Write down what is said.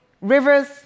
rivers